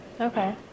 okay